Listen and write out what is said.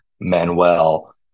Manuel